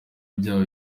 byabo